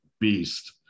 beast